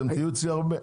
אתם תהיו אצלי הרבה.